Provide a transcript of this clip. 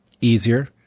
easier